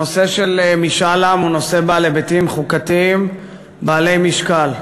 הנושא של משאל עם הוא נושא בעל היבטים חוקתיים בעלי משקל,